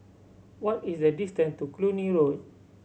what is the distant to Cluny Road